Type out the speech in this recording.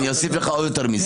אני אוסיף לך עוד יותר.